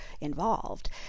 involved